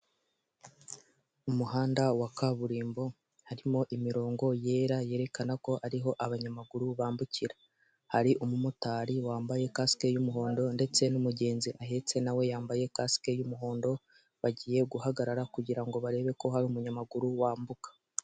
Umuhanda wa kaburimbo harimo imirongo yera yerekana ko ariho abanyamaguru bambukira, hari umumotari wambaye kasike y'umuhondo ndetse n'umugenzi ahetse nawe yambaye kasike y'umuhondo, bagiye guhagarara kugira ngo barebe ko hari umunyamaguru wambuka.